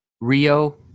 Rio